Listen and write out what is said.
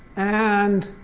and